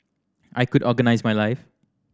I could organise my life